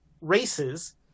races